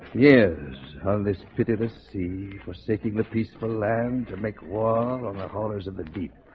yeah ears on this pitiless sea forsaking the peaceful land to make war ah on the hollers of the deep